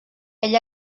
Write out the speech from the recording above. ell